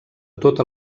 tota